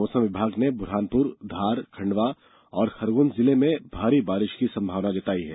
मौसम विभाग ने आज बुरहानपुर धार खंडवा और खरगोन जिले में भारी बारिश की संभावना जताई है